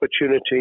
opportunity